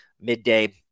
midday